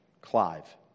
Clive